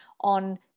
on